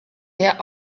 der